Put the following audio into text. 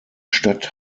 stadt